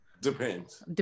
depends